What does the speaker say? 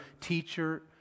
teacher